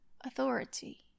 authority